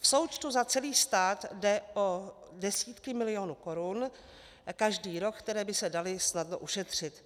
V součtu za celý stát jde o desítky milionů korun každý rok, které by se daly snadno ušetřit.